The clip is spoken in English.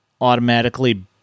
automatically